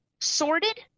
sorted